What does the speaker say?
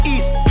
East